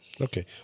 Okay